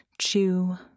chew